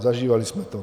Zažívali jsme to.